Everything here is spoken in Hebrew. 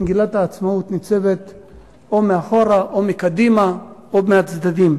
מגילת העצמאות ניצבת או מאחור או מלפנים או בצדדים.